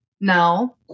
no